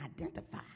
identify